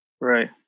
Right